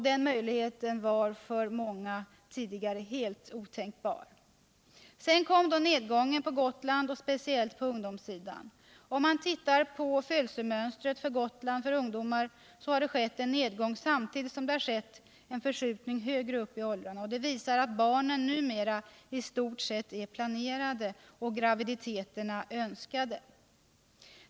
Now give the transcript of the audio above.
Den möjligheten var för många tidigare helt otänkbar. Sedan kom då nedgången på Gotland och speciellt på ungdomssidan. Om man tittar på födelsemönstret för Gotland för ungdomar finner man att det har skett en nedgång samtidigt som det har skett en förskjutning högre upp i åldrarna. Det visar att barnen i stort sett är planerade och graviditeterna önskade.